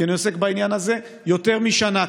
כי אני עוסק בעניין הזה כבר יותר משנה.